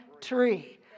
tree